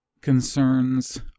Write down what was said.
concerns